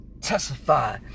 testify